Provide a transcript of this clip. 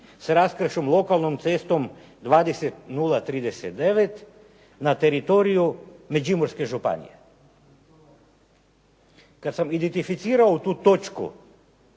sa raskršćem lokalnom cestom 20 039 na teritoriju Međimurske županije. Kad sam identificirao tu točku